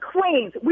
Queens